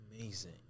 amazing